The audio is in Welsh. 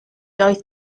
doedd